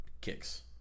kicks